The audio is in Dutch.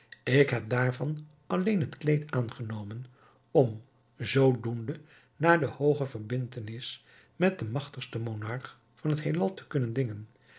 ik heb daarvan alleen het kleed aangenomen om zoo doende naar de hooge verbindtenis met den magtigsten monarch van het heelal te kunnen dingen